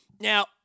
Now